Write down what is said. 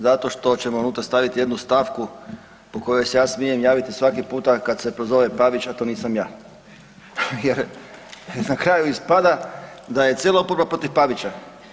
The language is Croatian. Zato što ćemo unutra staviti jednu stavku po kojoj se ja smijem javiti svaki puta kad se prozove Pavić, a to nisam ja jer na kraju ispada da je cijela oporba protiv Pavića.